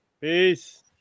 Peace